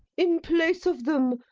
in place of them,